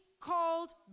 called